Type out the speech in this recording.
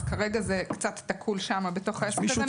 כרגע זה קצת תקוע שם בתוך העסק הזה.